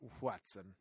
Watson